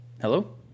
Hello